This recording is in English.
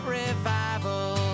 revival